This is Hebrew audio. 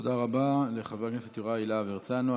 תודה רבה לחבר הכנסת יוראי להב הרצנו.